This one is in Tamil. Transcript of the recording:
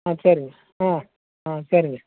ஆ சரிங்க ஆ ஆ சரிங்க